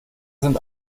sind